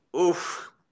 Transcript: Oof